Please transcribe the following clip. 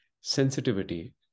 sensitivity